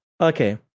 Okay